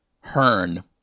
Hearn